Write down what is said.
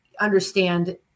understand